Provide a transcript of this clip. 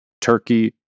Turkey